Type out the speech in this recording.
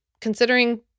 considering